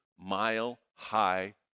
Mile-high